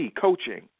Coaching